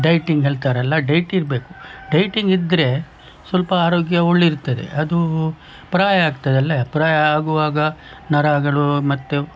dieting ಹೇಳ್ತಾರಲ್ಲ diet ಇರಬೇಕು dieting ಇದ್ದರೆ ಸ್ವಲ್ಪ ಆರೋಗ್ಯ ಒಳ್ಳೆ ಇರ್ತದೆ ಅದು ಪ್ರಾಯ ಆಗ್ತದಲ್ಲ ಪ್ರಾಯ ಆಗುವಾಗ ನರಗಳು ಮತ್ತೆ